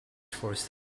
forced